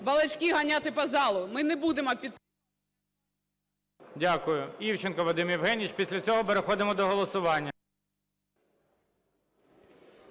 балачки ганяти по залу. Ми не будемо… ГОЛОВУЮЧИЙ. Дякую. Івченко Вадим Євгенович. Після цього переходимо до голосування.